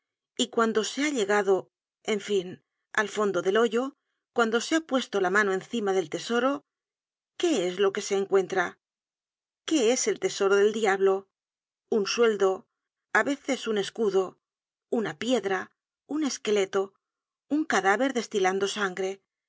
y cuando se ha llegado en fin al fondo del hoyo cuando se ha puesto la mano encima del tesoro qué es lo que se encuentra qué es el tesoro del diablo un sueldo á veces un escudo una piedra un esqueleto un cadáver destilando sangre